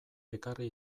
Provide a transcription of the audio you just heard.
ekarri